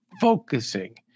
focusing